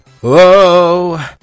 Whoa